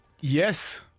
Yes